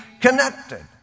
connected